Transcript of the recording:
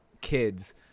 kids